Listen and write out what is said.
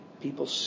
People